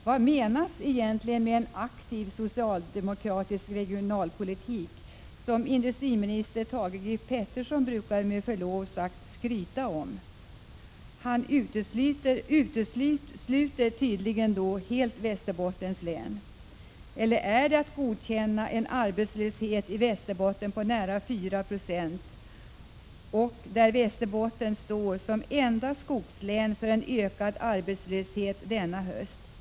Vad menas med en aktiv socialdemokratisk regionalpolitik som industriminister Thage G Peterson med förlov brukar skryta om? Han utesluter tydligen helt Västerbottens län. Eller är det att godkänna en arbetslöshet i Västerbotten på nära 4 96? Västerbotten står som enda skogslän för en ökad arbetslöshet denna höst.